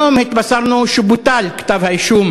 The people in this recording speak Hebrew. היום התבשרנו שבוטל כתב-האישום